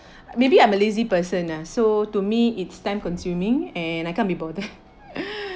maybe I'm a lazy person ah so to me it's time consuming and I can't be bothered